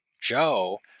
Joe